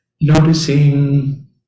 Noticing